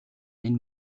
энэ